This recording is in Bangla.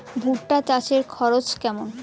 ভুট্টা চাষে খরচ কেমন?